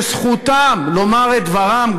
שזכותם לומר את דברם,